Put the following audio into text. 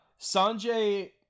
Sanjay